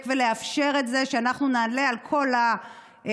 ולאפשר את זה שאנחנו נענה על כל העיוותים,